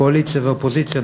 קואליציה ואופוזיציה,